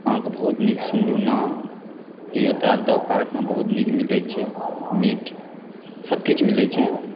अहाँके बहुत नीक सुनलहुँ नाम कि एतऽ पार्कमे बहुत नीक मिलै छै मीट सबकिछु मिलै छै